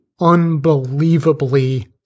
unbelievably